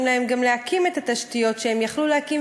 להם להקים את התשתיות שהם יכלו להקים,